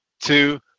two